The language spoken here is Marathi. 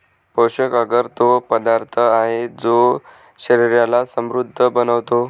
पोषक अगर तो पदार्थ आहे, जो शरीराला समृद्ध बनवतो